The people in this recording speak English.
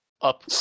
up